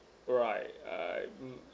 right I'm